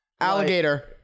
Alligator